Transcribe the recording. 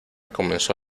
comenzó